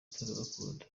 turabakunda